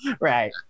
Right